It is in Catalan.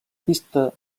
pista